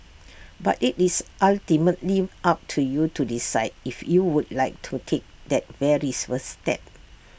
but IT is ultimately up to you to decide if you would like to take that very first step